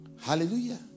Hallelujah